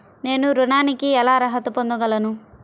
నేను ఋణానికి ఎలా అర్హత పొందగలను?